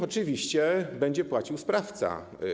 Oczywiście będzie płacił sprawca.